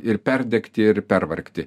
ir perdegti ir pervargti